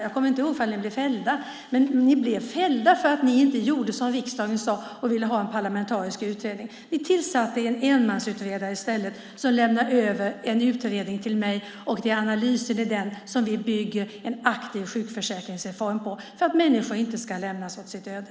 Jag kommer inte ihåg om ni blev fällda, men ni blev anmälda för att ni inte gjorde vad riksdagen begärde, nämligen en parlamentarisk utredning. Ni tillsatte i stället en enmansutredare som lämnade över en utredning till mig. Det är på analysen i den utredningen som vi bygger en aktiv sjukförsäkringsreform för att människor inte ska lämnas åt sitt öde.